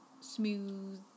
smooth